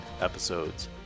episodes